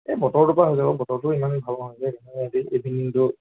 এই বতৰটো পৰা হৈছে অ' বতৰটো ইমান ভাল নহয় যে ইভিণিংটো